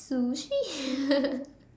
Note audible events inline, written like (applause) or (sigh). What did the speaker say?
Sushi (laughs)